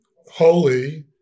Holy